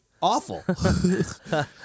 awful